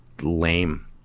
lame